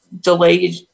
delayed